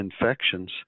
infections